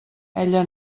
ella